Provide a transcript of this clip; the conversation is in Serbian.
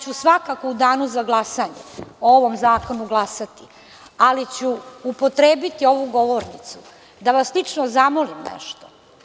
Svakako ću u danu za glasanje o ovom zakonu glasati, ali ću upotrebiti ovu govornicu da vas lično zamolim nešto.